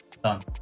Done